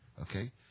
Okay